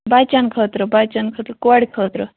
بَچَن خٲطرٕ بَچَن خٲطرٕ کورِ خٲطرٕ